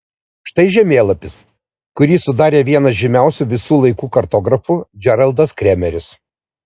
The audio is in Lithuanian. štai žemėlapis kurį sudarė vienas žymiausių visų laikų kartografų džeraldas kremeris